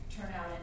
turnout